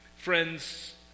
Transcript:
Friends